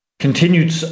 continued